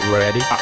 ready